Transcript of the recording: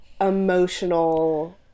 emotional